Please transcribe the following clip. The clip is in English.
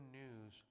news